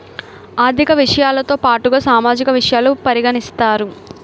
ఆర్థిక విషయాలతో పాటుగా సామాజిక విషయాలను పరిగణిస్తారు